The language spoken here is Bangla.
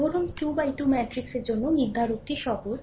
ধরুন 2 থেকে 2 ম্যাট্রিক্সের জন্য নির্ধারকটি সহজ